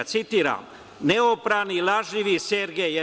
Citiram: „Neoprani, lažljivi Sergej.